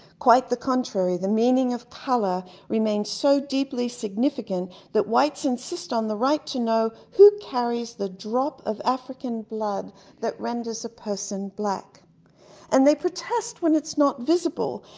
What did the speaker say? quite the contrary. the meaning of color remains so deeply significant that whites insist on the right to know who carries the drop of african blood that renders a person black and they protest when it's not visible,